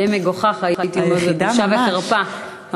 די מגוחך, היית אומרת, בושה וחרפה.